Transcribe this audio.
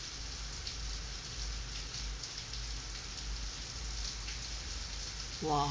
!wah!